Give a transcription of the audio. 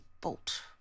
bolt